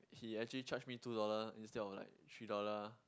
he actually charge me two dollar instead of like three dollar